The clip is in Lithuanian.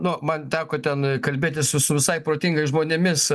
nu man teko ten kalbėtis su su visai protingais žmonėmis